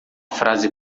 frase